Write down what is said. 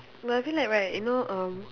but I feel like right you know erm